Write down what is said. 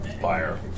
fire